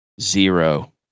zero